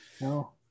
No